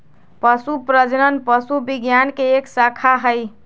पशु प्रजनन पशु विज्ञान के एक शाखा हई